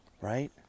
right